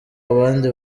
abandi